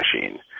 machine